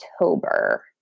October